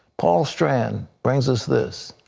paul strand brings us this.